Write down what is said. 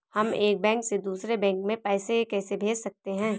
हम एक बैंक से दूसरे बैंक में पैसे कैसे भेज सकते हैं?